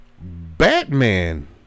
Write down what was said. Batman